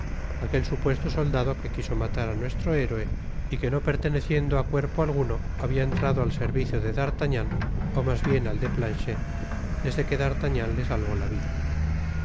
á brisemont aquel supuesto soldado que quiso matar á nuestro héroe y que no perteneciendo á cuerpo alguno habia entrado al servicio de d'artagnan ó mas bien al de planchet desde que d'artagnan le salvó la vida